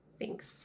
Thanks